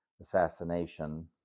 Assassination